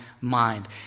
mind